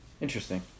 Interesting